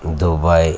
Dubai